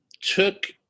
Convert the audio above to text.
took